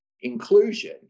inclusion